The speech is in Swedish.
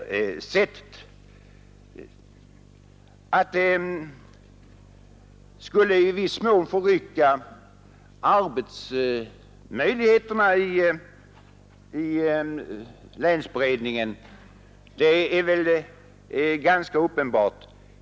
Att ett sådant här förfarande skulle i viss mån förrycka arbetsmöjligheterna i länsberedningen är väl ganska uppenbart.